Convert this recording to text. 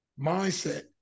mindset